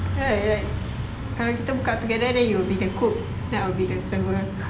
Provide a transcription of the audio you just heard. right right kalau kita buka together then you can cook then I will be the server